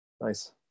Nice